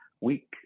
week